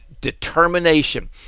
Determination